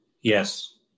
Yes